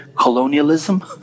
colonialism